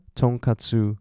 tonkatsu